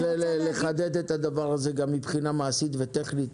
אני רוצה לחדד את הדבר הזה גם מבחינה מעשית וטכנית,